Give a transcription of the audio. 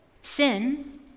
Sin